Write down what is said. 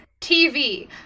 TV